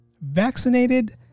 vaccinated